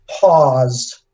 paused